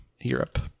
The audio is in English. europe